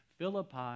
Philippi